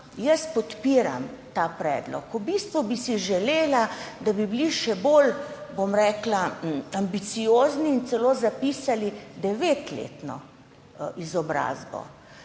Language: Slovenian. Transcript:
jaz podpiram ta predlog. V bistvu bi si želela, da bi bili še bolj ambiciozni in celo zapisali devetletno izobrazbo,